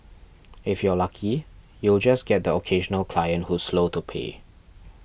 if you're lucky you'll just get the occasional client who's slow to pay